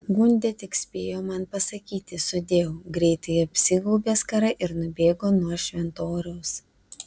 gundė tik spėjo man pasakyti sudieu greitai apsigaubė skara ir nubėgo nuo šventoriaus